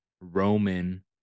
Roman